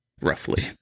roughly